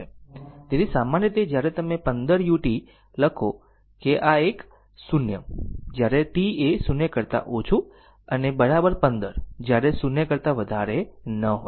તેથી સામાન્ય રીતે જ્યારે તમે 15 u લખો કે આ એક 0 જ્યારે t એ 0 કરતા ઓછું અને 15 જ્યારે 0 કરતા વધારે ન હોય